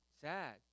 sad